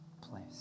place